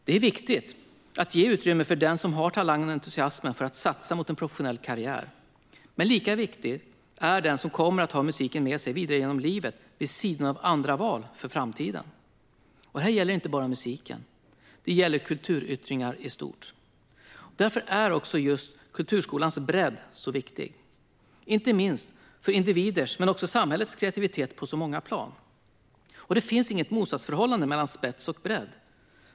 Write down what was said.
Det är viktigt att ge utrymme för den som har talangen och entusiasmen för att satsa mot en professionell karriär. Men lika viktig är den som kommer att ha musiken med sig vidare genom livet vid sidan av andra val för framtiden. Och det gäller inte bara musiken. Det gäller kulturyttringar i stort. Därför är just kulturskolornas bredd så viktig, inte minst för individers men också för samhällets kreativitet på så många plan. Det finns inget motsatsförhållande mellan spets och bredd.